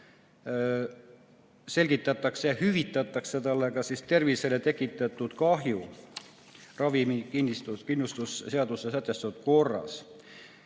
selgitatakse ja hüvitatakse talle ka tervisele tekitatud kahju ravikindlustusseaduses sätestatud korras.